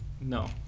No